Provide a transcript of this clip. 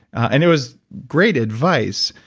and it was great advice,